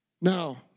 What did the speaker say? Now